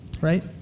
Right